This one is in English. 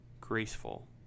graceful